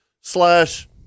slash